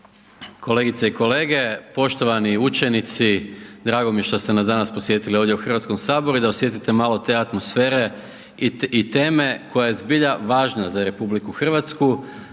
Kolegice i kolege, poštovani učenici, drago mi je što ste nas danas posjetili ovdje u HS i da osjetite malo te atmosfere i teme koja je zbilja važna za RH, radi